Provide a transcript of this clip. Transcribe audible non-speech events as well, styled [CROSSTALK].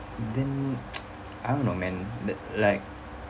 then [NOISE] I don't know man that like